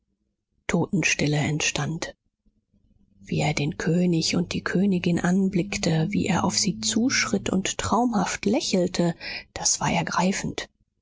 totenstille entstand wie er den könig und die königin anblickte wie er auf sie zuschritt und traumhaft lächelte das war ergreifend